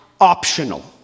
optional